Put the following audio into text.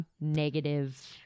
negative